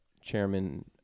chairman